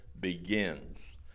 begins